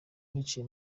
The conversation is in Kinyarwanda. nicaye